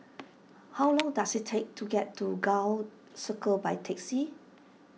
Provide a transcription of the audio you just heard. how long does it take to get to Gul Circle by taxi